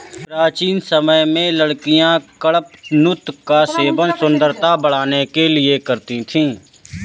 प्राचीन समय में लड़कियां कडपनुत का सेवन सुंदरता बढ़ाने के लिए करती थी